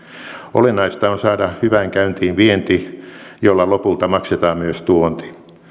olennaista on saada hyvään käyntiin vienti jolla lopulta maksetaan myös tuonti